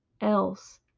else